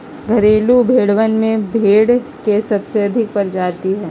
घरेलू भेड़वन भी भेड़ के सबसे अधिक प्रजाति हई